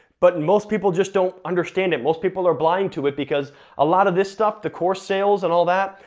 but and most people just don't understand it, most people are blind to it because a lot of this stuff, the course sales, and all that,